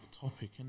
Topic